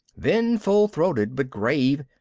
then full-throated but grave,